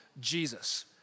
Jesus